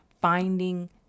finding